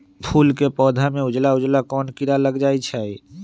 फूल के पौधा में उजला उजला कोन किरा लग जई छइ?